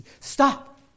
Stop